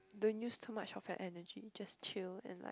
don't use too much of fat energy just chill and like